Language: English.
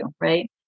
right